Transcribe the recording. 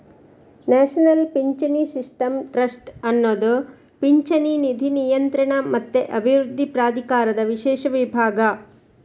national ಪಿಂಚಣಿ system trust ಅನ್ನುದು ಪಿಂಚಣಿ ನಿಧಿ ನಿಯಂತ್ರಣ ಮತ್ತೆ ಅಭಿವೃದ್ಧಿ ಪ್ರಾಧಿಕಾರದ ವಿಶೇಷ ವಿಭಾಗ